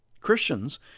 Christians